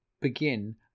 begin